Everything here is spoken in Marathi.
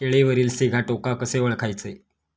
केळीवरील सिगाटोका कसे ओळखायचे?